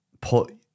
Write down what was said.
put